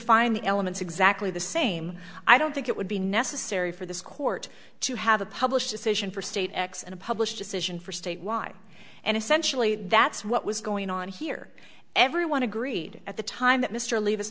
fine the elements exactly the same i don't think it would be necessary for this court to have a published decision for state x and a published decision for state y and essentially that's what was going on here everyone agreed at the time that mr leave us